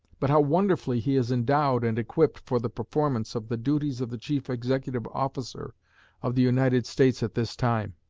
but how wonderfully he is endowed and equipped for the performance of the duties of the chief executive officer of the united states at this time!